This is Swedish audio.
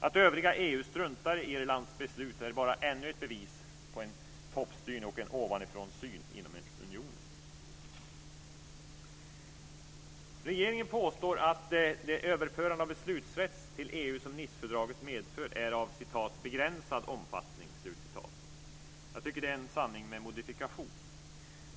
Att övriga EU struntar i Irlands beslut är ju bara ännu ett bevis på en toppstyrning och en ovanifrånsyn inom unionen. Regeringen påstår att det överförande av beslutsrätt till EU som Nicefördraget medför är av "begränsad omfattning". Jag tycker att det är en sanning med modifikation.